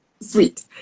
sweet